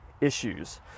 issues